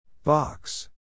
Box